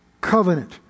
covenant